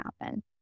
happen